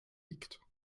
liegt